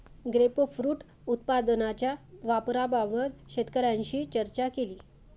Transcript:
grapefruit उत्पादनाच्या वापराबाबत शेतकऱ्यांशी चर्चा केली